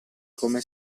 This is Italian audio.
come